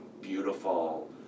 beautiful